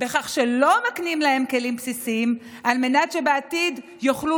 בכך שלא נותנים להם כלים בסיסיים על מנת שבעתיד יוכלו